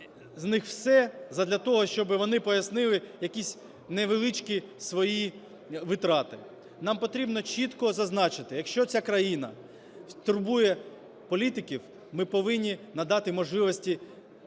задля того, щоби вони пояснили якісь невеличкі свої витрати. Нам потрібно чітко зазначити: якщо ця країна турбує політиків, ми повинні надати можливості